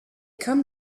come